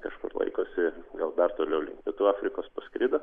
kažkur laikosi gal dar toliau link pietų afrikos parskrido